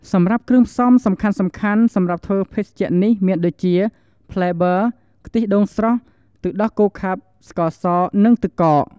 សម្រាប់គ្រឿងផ្សំសំខាន់ៗសម្រាប់ធ្វើភេសជ្ជៈនេះមានដូចជា ផ្លែប័រ ខ្ទិះដូងស្រស់ ទឹកដោះគោខាប់ ស្ករស និងទឹកកក។